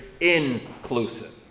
inclusive